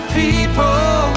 people